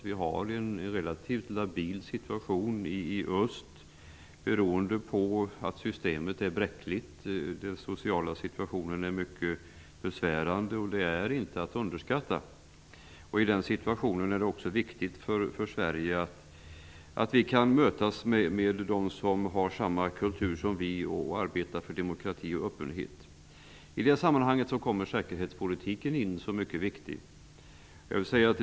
Vi har ju en relativt labil situation i öst, beroende på att systemet är bräckligt. Vidare är den sociala situationen mycket besvärande. Detta är inte att underskatta. I den situationen är det också viktigt för Sverige att vi kan möta dem som har samma kultur som vi och att vi kan arbeta för demokrati och öppenhet. I det sammanhanget kommer säkerhetspolitiken in som en mycket viktig faktor.